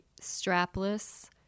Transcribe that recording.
strapless